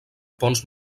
pons